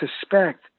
suspect